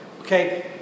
Okay